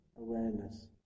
awareness